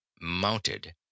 mounted